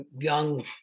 young